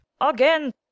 Again